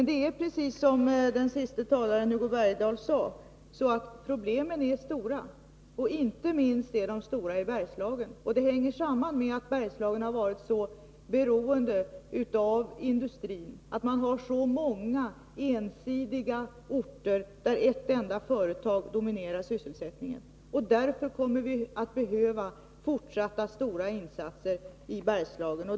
Det är precis så som Hugo Bergdahl sade, att problemen är stora — inte minst i Bergslagen. Det hänger samman med att Bergslagen varit så beroende av industrin och att man har så många orter med ensidigt näringsliv, där ett enda företag dominerar sysselsättningen. Därför kommer fortsatta stora insatser att behövas i Bergslagen.